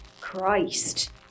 Christ